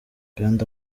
kandi